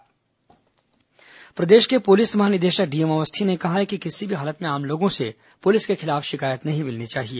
DGP सरग्जा प्रदेश के पुलिस महानिदेशक डीएम अवस्थी ने कहा है कि किसी भी हालत में आम लोगों से पुलिस के खिलाफ शिकायत नहीं मिलनी चाहिए